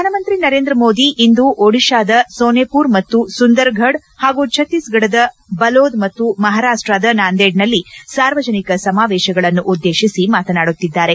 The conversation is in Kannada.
ಪ್ರಧಾನಮಂತ್ರಿ ನರೇಂದ್ರ ಮೋದಿ ಇಂದು ಓಡಿತಾದ ಸೊನೆಋರ್ ಮತ್ತು ಸುಂದರ್ಘಡ್ ಹಾಗೂ ಭಕ್ತೀಸ್ಘಡದ ಬಲೋದ್ ಮತ್ತು ಮಹಾರಾಷ್ಷದ ನಾಂದೇಡ್ನಲ್ಲಿ ಸಾರ್ವಜನಿಕ ಸಮಾವೇಶಗಳನ್ನು ಉದ್ಲೇಶಿಸಿ ಮಾತನಾಡುತ್ತಿದ್ದಾರೆ